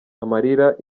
amarira